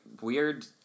weird